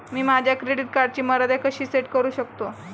मी माझ्या क्रेडिट कार्डची मर्यादा कशी सेट करू शकतो?